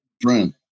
friend